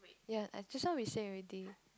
ya I just now we said already